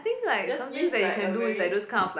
just give like a very